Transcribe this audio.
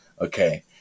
Okay